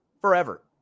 forever